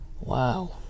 Wow